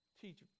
Teach